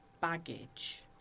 baggage